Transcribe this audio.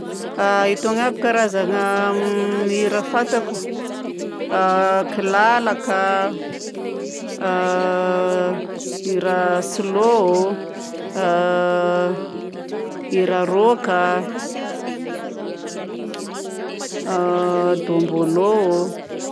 Itony avy karazagna hira fantako: kilalaka, hira slow, hira rock a, dômbôlô.